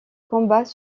combats